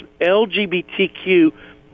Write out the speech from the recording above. LGBTQ